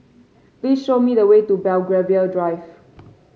please show me the way to Belgravia Drive